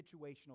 situational